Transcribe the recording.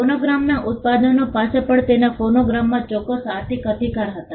ફોનોગ્રામના ઉત્પાદકો પાસે પણ તેમના ફોનોગ્રામમાં ચોક્કસ આર્થિક અધિકાર હતા